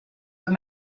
were